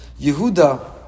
Yehuda